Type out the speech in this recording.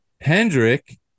hendrick